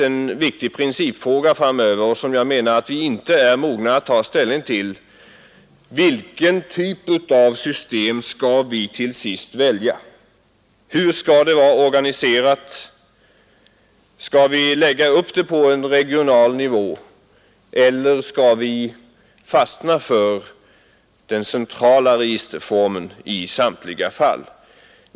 En viktig principfråga framöver, som jag menar att vi inte är mogna att ta ställning till, blir därför: Vilken typ av system skall vi till sist välja? Hur skall det vara organiserat? Skall vi lägga upp det på en regional nivå eller skall vi fastna för den centrala registerformen i samtliga fall?